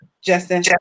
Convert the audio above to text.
Justin